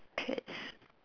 pets